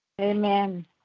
Amen